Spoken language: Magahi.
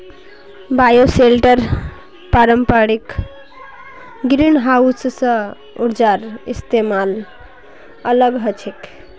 बायोशेल्टर पारंपरिक ग्रीनहाउस स ऊर्जार इस्तमालत अलग ह छेक